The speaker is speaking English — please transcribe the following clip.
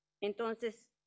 Entonces